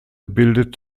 bildet